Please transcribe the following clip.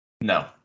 No